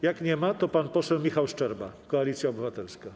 Jak nie ma, to pan poseł Michał Szczerba, Koalicja Obywatelska.